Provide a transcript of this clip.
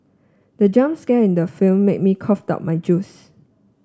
the jump scare in the film made me cough out my juice